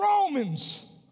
Romans